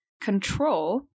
control